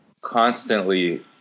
constantly